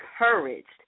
encouraged